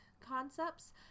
concepts